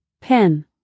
Pen